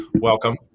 welcome